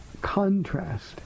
contrast